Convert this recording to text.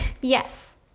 Yes